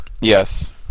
Yes